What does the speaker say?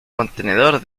contenedor